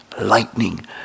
lightning